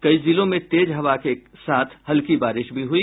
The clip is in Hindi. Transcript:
कई जिलों में तेज हवा के साथ हल्की बारिश भी हुई